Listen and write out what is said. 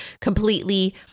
completely